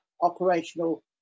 operational